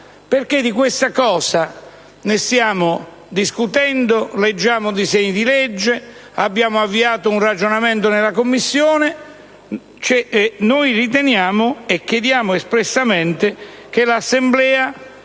perché di questo argomento stiamo discutendo, leggiamo disegni di legge, abbiamo avviato un ragionamento nella Commissione. Noi chiediamo espressamente che l'Assemblea